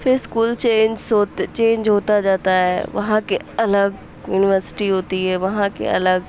پھر school changes ہوتے change ہوتا جاتا ہے وہاں کے الگ یونیورسٹی ہوتی ہے وہاں کے الگ